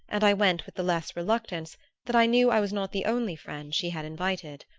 and i went with the less reluctance that i knew i was not the only friend she had invited.